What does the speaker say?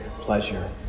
pleasure